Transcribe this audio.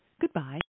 Goodbye